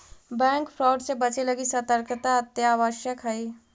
bank fraud से बचे लगी सतर्कता अत्यावश्यक हइ